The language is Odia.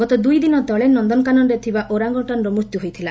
ଗତ ଦୁଇ ଦିନ ତଳେ ନ୍ଦନକାନନରେ ଥିବା ଓରାଙ୍ଙ୍ଓଟାନ୍ର ମୃତ୍ୟୁ ହୋଇଥିଲା